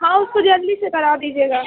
ہاں اس کو جلدی سے کرا دیجیے گا